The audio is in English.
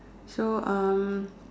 so uh